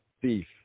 thief